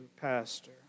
pastor